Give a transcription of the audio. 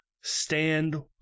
stand